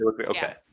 Okay